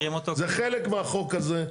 זה חלק מהחוק הזה.